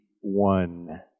one